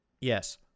Yes